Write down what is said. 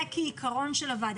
זה העיקרון של הוועדה.